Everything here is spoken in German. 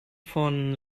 von